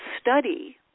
study